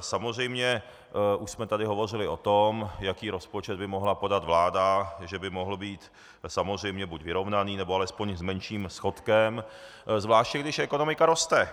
Samozřejmě už jsme tady hovořili o tom, jaký rozpočet by mohla podat vláda, že by mohl být samozřejmě buď vyrovnaný, nebo alespoň s menším schodkem, zvláště když ekonomika roste